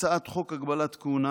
הצעת חוק הגבלת כהונה,